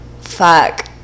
fuck